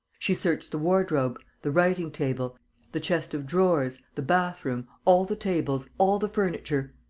she searched the wardrobe, the writing-table, the chest of drawers, the bathroom, all the tables, all the furniture.